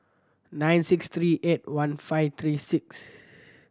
nine six three eight one five three six